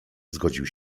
zgodził